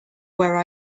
where